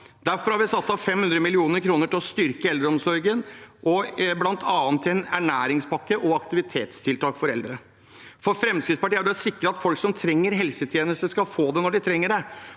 Derfor har vi satt av 500 mill. kr til å styrke eldreomsorgen, bl.a. til en ernæringspakke og aktivitetstiltak for eldre. For Fremskrittspartiet er det viktig å sikre at folk som trenger helsetjenester, skal få det når de trenger det.